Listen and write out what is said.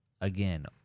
again